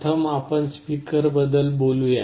प्रथम आपण स्पीकर बद्दल बोलूया